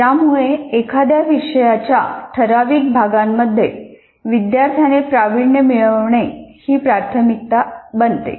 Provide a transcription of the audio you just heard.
यामुळे एखाद्या विषयाच्या ठराविक भागांमध्ये विद्यार्थ्याने प्राविण्य मिळवणे ही प्राथमिकता बनते